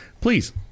please